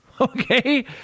Okay